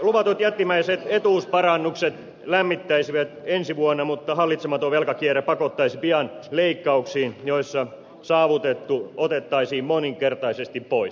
luvatut jättimäiset etuusparannukset lämmittäisivät ensi vuonna mutta hallitsematon velkakierre pakottaisi pian leikkauksiin joissa saavutettu otettaisiin moninkertaisesti pois